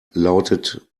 lautet